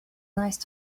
nice